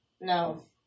No